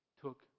took